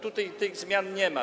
Tutaj tych zmian nie ma.